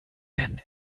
denn